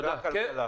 תודה.